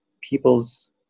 people's